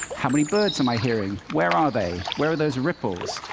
how many birds am i hearing? where are they? where are those ripples?